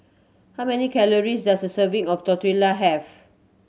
how many calories does a serving of Tortilla have